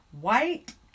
White